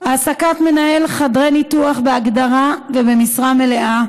העסקת מנהל חדרי ניתוח בהגדרה ובמשרה מלאה,